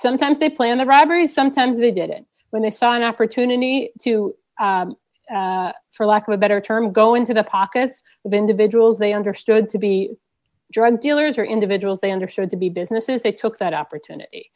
some time to plan the robbery sometimes they did it when they saw an opportunity to for lack of a better term go into the pockets of individuals they understood to be drug dealers or individuals they understood to be businesses they took that opportunity